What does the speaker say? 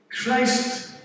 Christ